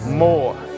more